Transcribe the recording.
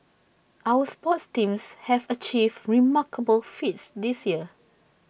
our sports teams have achieved remarkable feats this year